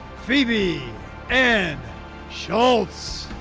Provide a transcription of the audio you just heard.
phoebe and schultz.